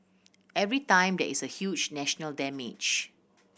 every time there is a huge national damage